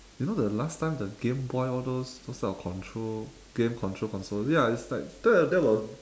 you know the last time the game boy all those those type of control game control console ya it's like that that was